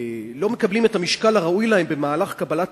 מקבלים את המשקל הראוי להם במהלך קבלת